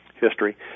history